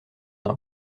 d’un